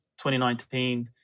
2019